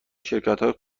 شرکتهای